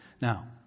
Now